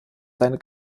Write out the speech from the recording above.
seine